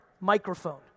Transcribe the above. microphone